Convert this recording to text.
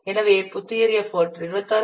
எனவே புத்துயிர் எஃபர்ட் 26